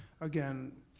again,